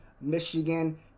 Michigan